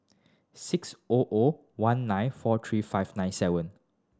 six O O one nine four three five nine seven